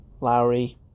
Lowry